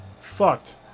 Fucked